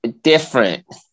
different